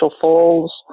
Falls